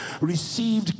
received